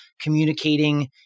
communicating